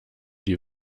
die